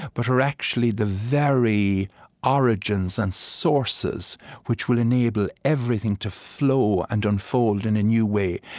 but are actually the very origins and sources which will enable everything to flow and unfold in a new way,